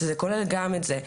שזה כולל גם את זה.